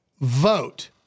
vote